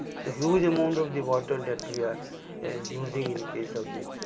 so, huge amount of the water that we are using in case of the,